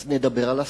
אז הבה נדבר על השכר.